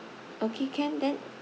okay can then